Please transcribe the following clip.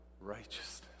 righteousness